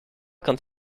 quand